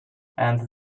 and